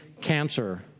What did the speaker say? cancer